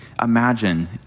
Imagine